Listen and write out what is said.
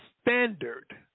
standard